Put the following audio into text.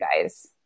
guys